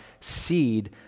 seed